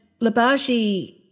Labashi